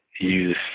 use